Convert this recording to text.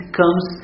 comes